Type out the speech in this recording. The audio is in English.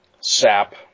sap